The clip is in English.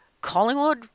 Collingwood